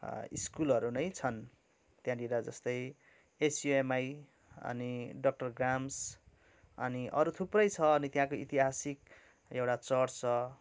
स्कुलहरू नै छन् त्यहाँनिर जस्तै एसयुएमआई अनि डक्टर ग्राम्स अनि अरू थुप्रै छ अनि त्यहाँको ऐतिहासिक एउटा चर्च छ